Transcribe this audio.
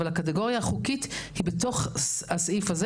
אבל הקטגוריה החוקית היא בתוך הסעיף הזה